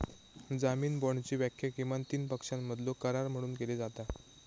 जामीन बाँडची व्याख्या किमान तीन पक्षांमधलो करार म्हणून केली जाता